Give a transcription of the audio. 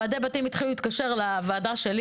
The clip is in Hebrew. ועדי בתים התחילו להתקשר לוועדה שלי